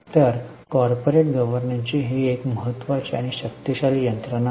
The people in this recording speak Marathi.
तर कॉर्पोरेट गव्हर्नन्सची ही एक महत्त्वाची आणि शक्तिशाली यंत्रणा आहे